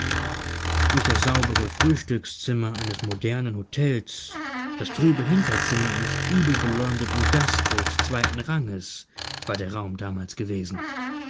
nicht das saubere frühstückszimmer eines modernen hotels das trübe hinterzimmer eines übelbeleumdeten gasthofs zweiten ranges war der raum damals gewesen